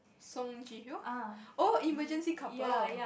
Song-Ji-Hyo oh emergency-couple